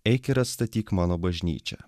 eik ir atstatyk mano bažnyčią